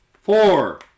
Four